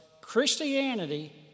Christianity